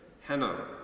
Hannah